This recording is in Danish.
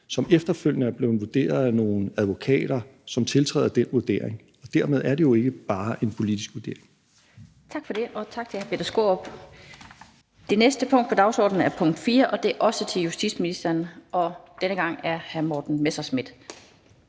som efterfølgende er blevet vurderet af nogle advokater, som tiltræder den vurdering. Dermed er det jo ikke bare en politisk vurdering. Kl. 15:32 Den fg. formand (Annette Lind): Tak for det, og tak til hr. Peter Skaarup. Det næste spørgsmål på dagsordenen er også til justitsministeren, denne gang af hr. Morten Messerschmidt.